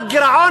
הגירעון,